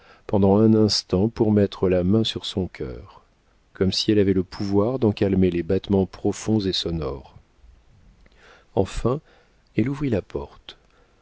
pendant un instant pour mettre la main sur son cœur comme si elle avait le pouvoir d'en calmer les battements profonds et sonores enfin elle ouvrit la porte